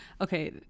Okay